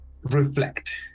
reflect